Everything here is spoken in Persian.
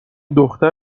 دختر